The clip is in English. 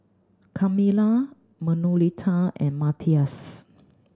Carmella Manuelita and Matthias